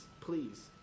please